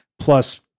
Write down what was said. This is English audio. plus